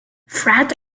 fred